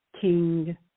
King